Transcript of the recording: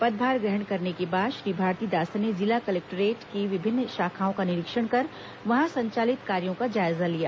पदभार ग्रहण करने के बाद श्री भारतीदासन ने जिला कलेक्टोरेट की विभिन्न शाखाओं का निरीक्षण कर वहां संचालित कार्यो का जायजा लिया